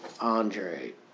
Andre